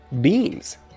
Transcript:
Beans